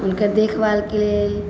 हुनकर देखभालके लेल